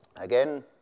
Again